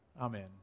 Amen